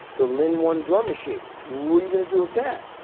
so linn one drum machine. what are you going to do with that?